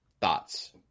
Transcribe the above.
Thoughts